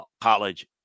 college